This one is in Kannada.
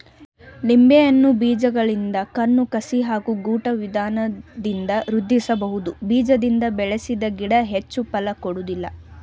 ನಿಂಬೆಯನ್ನು ಬೀಜಗಳಿಂದ ಕಣ್ಣು ಕಸಿ ಹಾಗೂ ಗೂಟ ವಿಧಾನದಿಂದ ವೃದ್ಧಿಸಬಹುದು ಬೀಜದಿಂದ ಬೆಳೆಸಿದ ಗಿಡ ಹೆಚ್ಚು ಫಲ ಕೊಡೋದಿಲ್ಲ